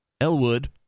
Elwood